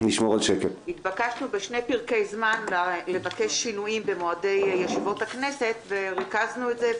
התבקשנו בשני פרקי זמן לבקש שינויים במועדי ישיבות הכנסת וריכזנו את זה.